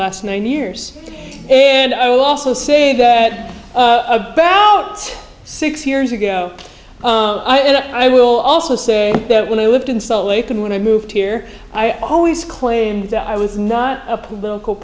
last nine years and i will also say that a lot six years ago i and i will also say that when i lived in salt lake and when i moved here i always claimed that i was not a political